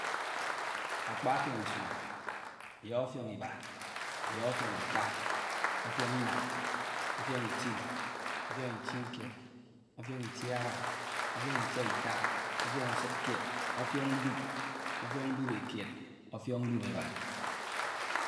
. Akea ọfiọñ isua, ọyọhọ ọfion iba, ayọhọ ọfiọn ita, ọfiọn ina, ofiọñ itin, o ̣fiọñ ituskied, ọfañ itieaba, ọfiọñ ituskied, ọfañ itia ABA, ọfiọñ itaita, ọfiọñ ueukkied, ọfioñ dup ofan dupeael, ọfiọñ dupeba.